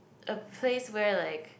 a place where like